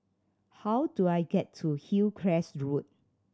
how do I get to Hillcrest Road